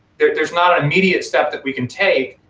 there's there's not an immediate step that we can take,